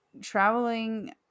traveling